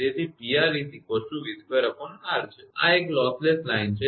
તેથી 𝑃𝑅𝑣2𝑅 આ છે અને તે એક લોસલેસ લાઇન છે